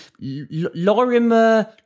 Lorimer